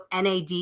nad